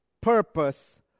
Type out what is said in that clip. purpose